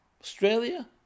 Australia